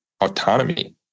autonomy